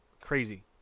Crazy